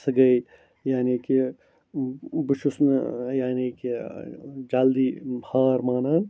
سۄ گٔے یعنی کہِ بہٕ چھُس نہٕ یعنی کہِ جَلدی ہار مانان